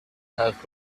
have